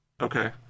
Okay